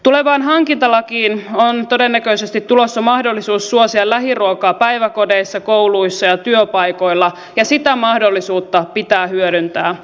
tulevaan hankintalakiin on todennäköisesti tulossa mahdollisuus suosia lähiruokaa päiväkodeissa kouluissa ja työpaikoilla ja sitä mahdollisuutta pitää hyödyntää